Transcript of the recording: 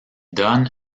donne